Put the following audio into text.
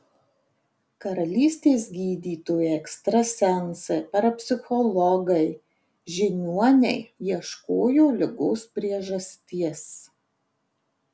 karalystės gydytojai ekstrasensai parapsichologai žiniuoniai ieškojo ligos priežasties